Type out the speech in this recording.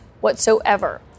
whatsoever